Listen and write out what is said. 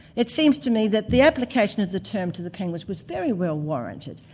it seems to me that the application of the term to the penguins was very well-warranted,